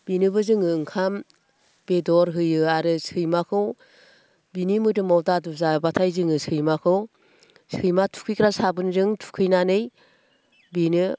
बेनोबो जोङो ओंखाम बेदर होयो आरो सैमाखौ बिनि मोदोमाव दादु जाब्लाथाय जोङो सैमाखौ सैमा थुखैग्रा साबोनजों थुखैनानै बिनो